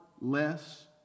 less